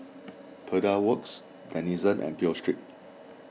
Pedal Works Denizen and Pho Street